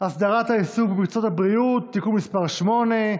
הסדרת העיסוק במקצועות הבריאות (תיקון מס' 8),